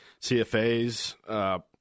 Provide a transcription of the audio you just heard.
CFAs